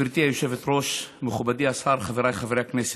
גברתי היושבת-ראש, מכובדי השר, חבריי חברי הכנסת,